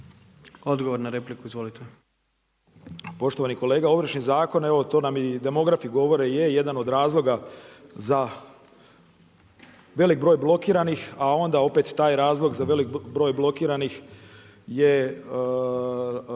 **Šimić, Miroslav (MOST)** Poštovani kolega, Ovršni zakon evo to nam i demografi govore je jedan od razloga za veliki broj blokiranih, a onda opet taj razlog za velik broj blokiranih je,